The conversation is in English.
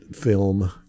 film